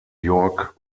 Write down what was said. york